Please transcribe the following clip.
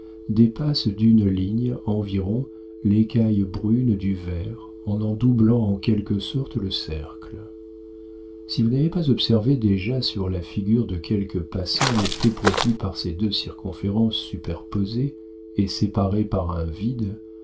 dépasse d'une ligne environ l'écaillé brune du verre en en doublant en quelque sorte le cercle si vous n'avez pas observé déjà sur la figure de quelque passant l'effet produit par ces deux circonférences superposées et séparées par un vide